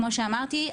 כמו שאמרתי,